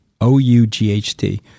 O-U-G-H-T